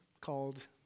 called